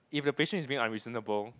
if the patient is being unreasonable